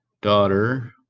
daughter